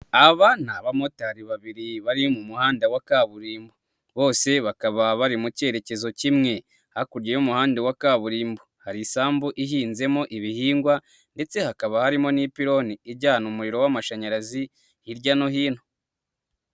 Aba ni abamotari babiri bari mu muhanda wa kaburimbo bose bakaba bari mu kerekezo kimwe, hakurya y'umuhanda wa kaburimbo hari isambu ihinzemo ibihingwa ndetse hakaba harimo n'ipironi ijyana umuriro w'amashanyarazi hirya no hino.